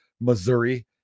Missouri